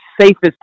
safest